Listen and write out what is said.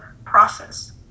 Process